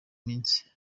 iminsi